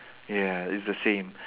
ya it's the same